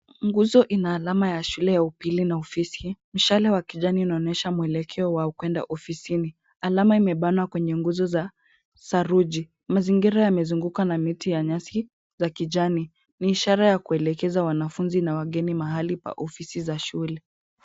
Nguzo ina alama ya shule ya upili na ofisi. Mshale wa kijani unaonyesha mwelekeo wa kuenda ofisini. Alama imebanwa kwenye nguzo za saruji .Mazingira yamezungukwa na miti ya nyasi za kijani, ni ishara ya kuelekewa wanafunzi na wageni mahala pa ofisi za shule.